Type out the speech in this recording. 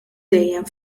dejjem